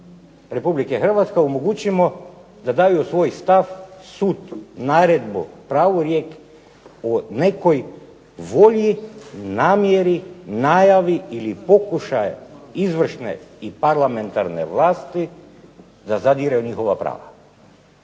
Republike Hrvatske omogućimo da daju svoj stav, sud, naredbu, pravorijek o nekoj volji, namjeri, najavi ili pokušaj izvršne i parlamentarne vlasti da zadire u njihova prava.